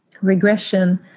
regression